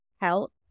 help